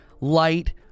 Light